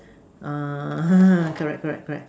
err correct correct correct